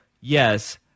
yes